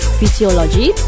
physiology